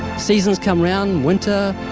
seasons come round, winter,